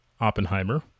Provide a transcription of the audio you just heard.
Oppenheimer